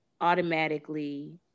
automatically